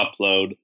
upload